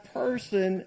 person